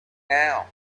now